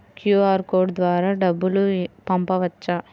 QR code ద్వారా డబ్బులు పంపవచ్చా?